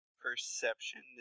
perception